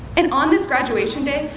and on this graduation day,